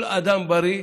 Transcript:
כל אדם בריא,